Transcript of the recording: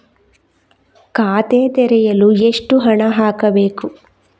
ಖಾತೆ ತೆರೆಯಲು ಎಷ್ಟು ಹಣ ಹಾಕಬೇಕು?